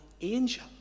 angel